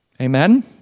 Amen